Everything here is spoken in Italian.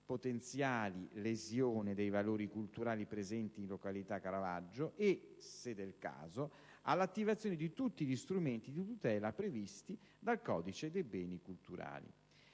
potenziali lesioni dei valori culturali presenti in località Caravaggio e, se del caso, all'attivazione di tutti gli strumenti di tutela previsti dal codice dei beni culturali.